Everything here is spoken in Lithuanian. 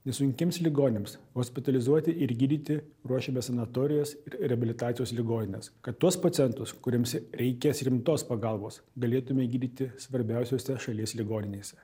nesunkiems ligoniams hospitalizuoti ir gydyti ruošiame sanatorijas ir reabilitacijos ligonines kad tuos pacientus kuriems reikės rimtos pagalbos galėtume gydyti svarbiausiose šalies ligoninėse